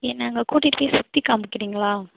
என்ன அங்கே கூட்டிகிட்டு போய் சுற்றி காமிக்குறீங்களா